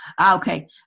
Okay